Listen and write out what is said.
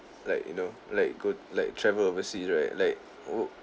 like you know like go like travel overseas right like